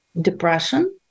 depression